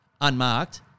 Unmarked